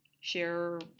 share